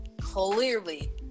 Clearly